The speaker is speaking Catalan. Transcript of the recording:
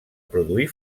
produir